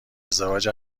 ازدواج